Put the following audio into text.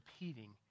repeating